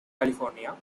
california